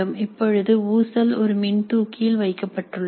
இப்பொழுது ஊசல் ஒரு மின்தூக்கியில் வைக்கப்பட்டுள்ளது